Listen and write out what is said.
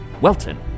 Welton